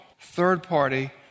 third-party